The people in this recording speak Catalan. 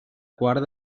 quart